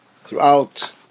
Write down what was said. throughout